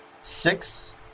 six